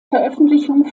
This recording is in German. veröffentlichung